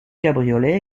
cabriolet